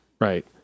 Right